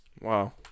Wow